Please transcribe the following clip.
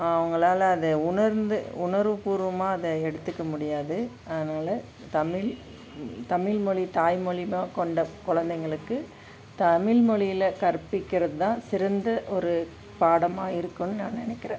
அவங்களால அதை உணர்ந்து உணர்வுபூர்வமாக அதை எடுத்துக்க முடியாது அதனால் தமிழ் தமிழ் மொழி தாய் மொழியா கொண்ட கொழந்தைங்களுக்கு தமிழ் மொழில கற்பிக்கிறது தான் சிறந்த ஒரு பாடமாக இருக்கும்னு நான் நினைக்கிறேன்